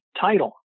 title